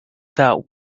that